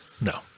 no